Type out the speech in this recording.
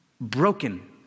broken